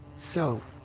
so,